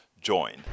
join